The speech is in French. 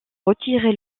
retiré